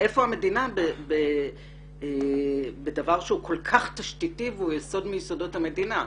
איפה המדינה בדבר שהוא כל כך תשתיתי והוא יסוד מיסודות המדינה?